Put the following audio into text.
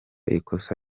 ikosa